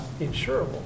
insurable